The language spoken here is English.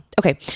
okay